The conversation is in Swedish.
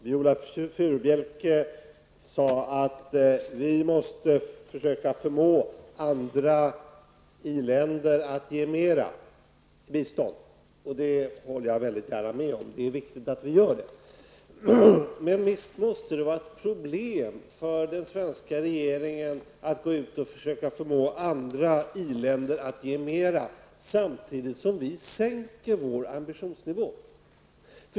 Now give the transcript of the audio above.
Herr talman! Viola Furubjelke sade att vi måste försöka förmå andra i-länder att ge mera bistånd, och det håller jag mycket gärna med om. Men visst måste det vara ett problem för den svenska regeringen att försöka förmå andra i-länder att ge mera, samtidigt som vi sänker vår ambitionsnivå.